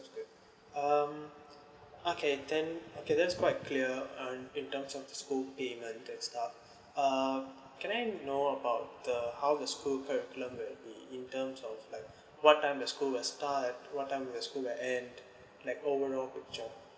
good um okay then okay that's quite clear um in terms of school pay and like that stuff uh can I know about the how the school curriculum that be in terms of like what time the school will start what time the school will end like overall picture